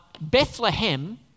Bethlehem